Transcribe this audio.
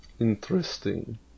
Interesting